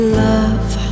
love